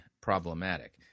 problematic